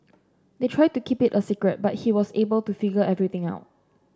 they tried to keep it a secret but he was able to figure everything out